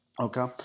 Okay